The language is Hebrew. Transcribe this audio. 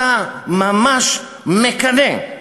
אתה ממש מקנא.